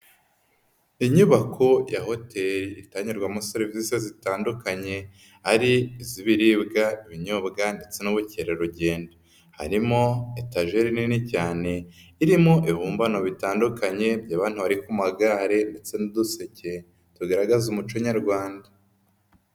Inyubako ya hoteli itangirwamo serivise zitandukanye, ari iz'ibiribwa, ibinyobwa ndetse n'ubukerarugendo. Harimo etajeri nini cyane, irimo ibibumbano bitandukanye by'abantu bari ku magare ndetse n'uduseke tugaragaza umuco nyarwanda.